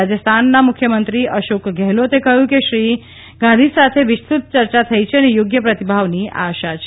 રાજસ્થાનના મુખ્યમંત્રીશ્રી અશોક ગેહલોતે કહ્યું કે શ્રી ગાંથી સાથે વિસ્તૃત ચર્ચા થઇ છે અને યોગ્ય પ્રતિભાવની આશા છે